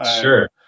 Sure